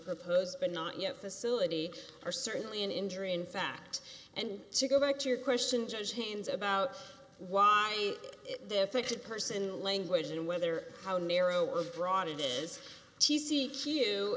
proposed but not yet facility are certainly an injury in fact and to go back to your question judge chains about why they affected person language and whether how narrow or broad it is